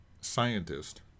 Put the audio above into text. scientist